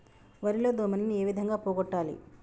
వరి లో దోమలని ఏ విధంగా పోగొట్టాలి?